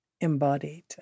embodied